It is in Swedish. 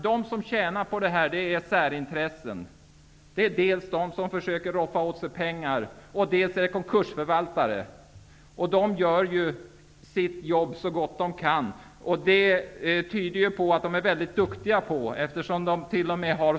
De som tjänar på detta är de som försöker roffa åt sig pengar, och det är konkursförvaltare. De gör sitt jobb så gott de kan. Det är de tydligen duktiga på. De har t.o.m.